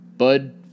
Bud